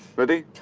ready.